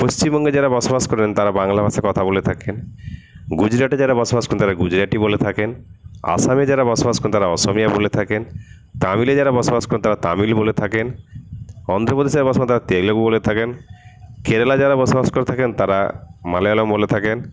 পশ্চিমবঙ্গে যারা বসবাস করেন তাঁরা বাংলা ভাষায় কথা বলে থাকেন গুজরাটে যারা বসবাস করেন তাঁরা গুজরাটি বলে থাকেন আসামে যারা বসবাস করেন তাঁরা অসমীয়া বলে থাকেন তামিলে যারা বসবাস করেন তাঁরা তামিল বলে থাকেন অন্ধ্রপ্রদেশে যারা বসবাস করেন তাঁরা তেলেগু বলে থাকেন কেরালায় যারা বসবাস করে থাকেন তাঁরা মালয়ালম বলে থাকেন